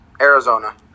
Arizona